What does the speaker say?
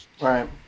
Right